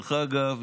דרך אגב,